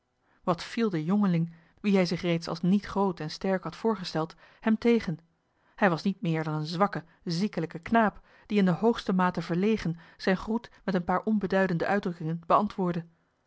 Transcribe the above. wat viel de jongeling wien hij zich reeds als niet groot en sterk had voorgesteld hem tegen hij was niet meer dan een zwakke ziekelijke knaap die in de hoogste mate verlegen zijn groet met een paar onbeduidende uitdrukkingen beantwoordde